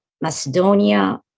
Macedonia